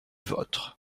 vôtres